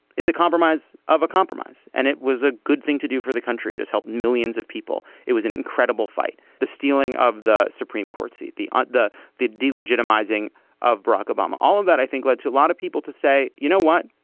it's a compromise of a compromise. and it was a good thing to do for the country. it has helped millions of people. it was an incredible fight. the stealing of the supreme court seat the ah the the delegitimizing of barack obama all of that i think led to a lot of people to say you know what.